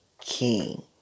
King